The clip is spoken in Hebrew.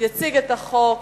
יציג את החוק